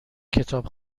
کتاب